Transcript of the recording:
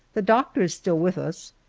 the doctor is still with us,